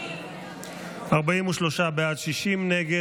43 בעד, 60 נגד.